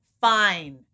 fine